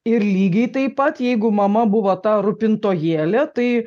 ir lygiai taip pat jeigu mama buvo ta rūpintojėlė tai